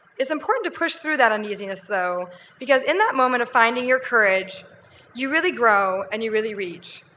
it's important to push through that uneasiness though because in that moment of finding your courage you really grow and you really reach.